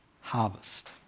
harvest